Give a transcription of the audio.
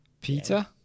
Peter